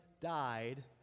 died